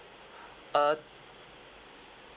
uh